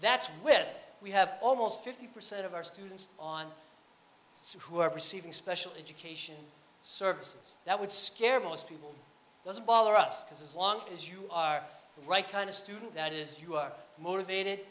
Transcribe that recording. that's with we have almost fifty percent of our students on who are receiving special education services that would scare most people doesn't bother us because as long as you are the right kind of student that is you are motivated